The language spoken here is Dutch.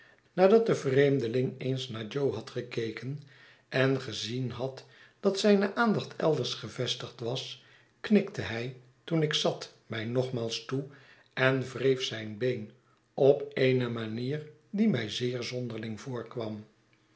nadat de vreemdeling eens naar jo had gekeken en gezien dat zijne aandacht elders gevestigd was knikte hij toen ik zat mij nogmaals toe en wreef zijn been op eene manier die mij zeer zonderling voorkwam